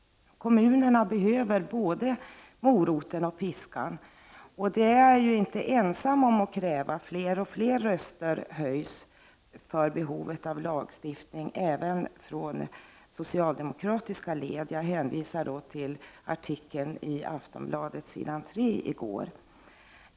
Kommunerna behöver både moroten och piskan. Vi är inte ensamma om att kräva det, utan fler och fler röster höjs för behovet av lagstiftning, även från socialdemokratiska led. Jag hänvisar då till artikeln på s. 3 i Aftonbladet i går.